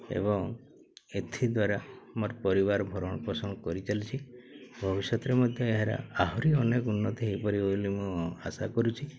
ଏବଂ ଏଥିଦ୍ଵାରା ମୋର ପରିବାର ଭରଣ ପୋଷଣ କରିଚାଲିଛି ଭବିଷ୍ୟତରେ ମଧ୍ୟ ଏହାର ଆହୁରି ଅନେକ ଉନ୍ନତି ହେଇପାରିବ ବୋଲି ମୁଁ ଆଶା କରୁଛି